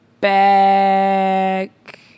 back